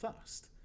first